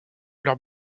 leur